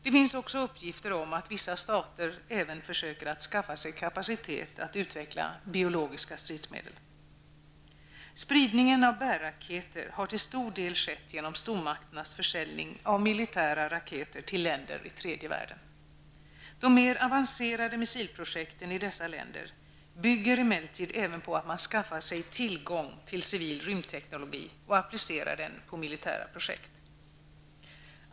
Det finns också uppgifter om att vissa stater även försöker att skaffa sig kapacitet att utveckla biologiska stridsmedel. Spridningen av bärraketer har till stor del skett genom stormakternas försäljning av militära raketer till länder i tredje världen. De mer avancerade missilprojekten i dessa länder bygger emellertid även på att man skaffar sig tillgång till civil rymdteknik och applicerar den på militära projekt.